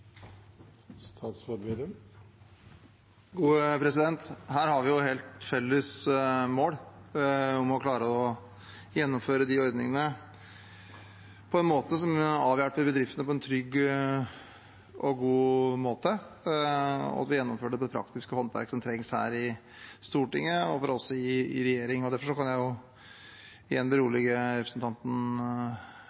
Vi har helt felles mål om å klare å gjennomføre de ordningene slik at vi avhjelper bedriftene på en trygg og god måte, og at vi gjennomfører det praktiske håndverket som trengs her i Stortinget og fra oss i regjering. Derfor kan jeg igjen